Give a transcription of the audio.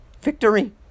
Victory